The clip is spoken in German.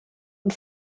und